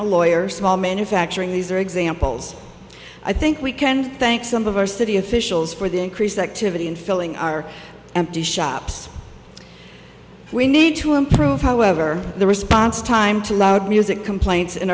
lawyer small manufacturing these are examples i think we can thank some of our city officials for the increased activity in filling our empty shops we need to improve however the response time to loud music complaints